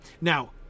Now